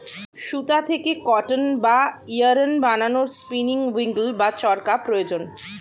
সুতা থেকে কটন বা ইয়ারন্ বানানোর স্পিনিং উঈল্ বা চরকা প্রয়োজন